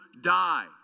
die